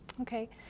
Okay